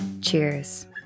Cheers